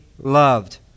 loved